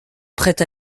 prête